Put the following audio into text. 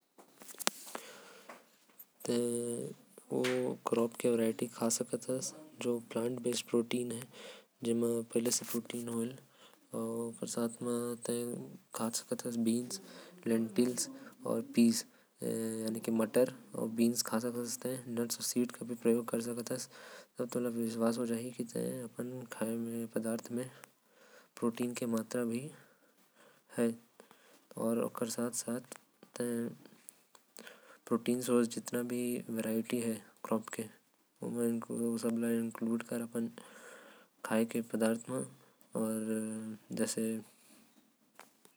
शाखाहरी खाना जेकर में बहुते प्रोटीन होएल। जो तै कहा सकत हस ओ होथे। बीन्स मटर अउ आलू। तै क्रॉप वैरायटी भी खा सकत। हस जेकर म प्लांट बेस्ड प्रोटिन होथे। पहिले से प्रोटीन रहेल।